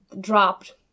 dropped